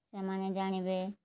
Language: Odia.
ସେମାନେ ଜାଣିବେ